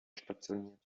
stationiert